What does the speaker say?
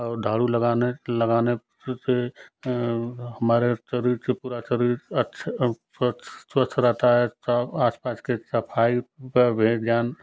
और झाड़ू लगाने लगाने से से हमारे शरीर से पूरा शरीर अच्छा स्वच्छ स्वस्थ रहता है तब आसपास के सफ़ाई पर भी ध्यान